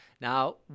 Now